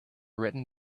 written